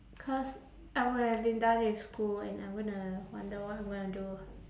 cause I would have been done with school and I'm gonna wonder what I'm gonna do